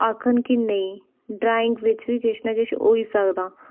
आखन के नेईं ड्राइंग बिच्च बी किश ना किश होई सकदा